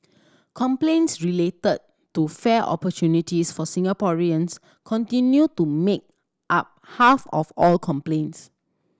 complaints related to fair opportunities for Singaporeans continue to make up half of all complaints